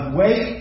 wait